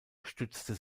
stützte